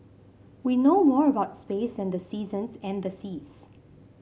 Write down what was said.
we know more about space than the seasons and the seas